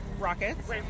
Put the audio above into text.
rockets